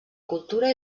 cultura